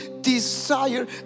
desire